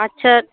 আচ্ছা